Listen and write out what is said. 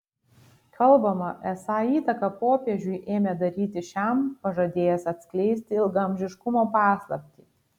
kalbama esą įtaką popiežiui ėmė daryti šiam pažadėjęs atskleisti ilgaamžiškumo paslaptį